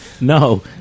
No